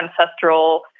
ancestral